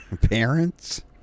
Parents